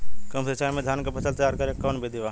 कम सिचाई में धान के फसल तैयार करे क कवन बिधि बा?